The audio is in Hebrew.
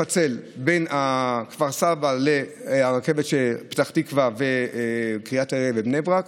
לפצל בין כפר סבא לבין הרכבת של פתח תקווה וקריית אריה בבני ברק.